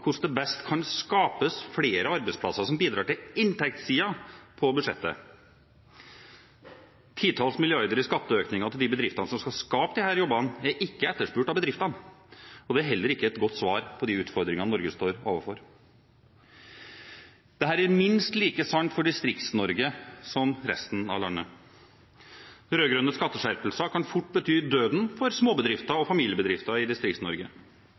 hvordan det best kan skapes flere arbeidsplasser som bidrar til inntektssiden på budsjettet. Titalls milliarder i skatteøkninger til de bedriftene som skal skape disse jobbene, er ikke etterspurt av bedriftene, og det er heller ikke et godt svar på de utfordringene Norge står overfor. Dette er minst like sant for Distrikts-Norge som for resten av landet. Rød-grønne skatteskjerpelser kan fort bety døden for småbedrifter og familiebedrifter i